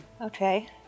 Okay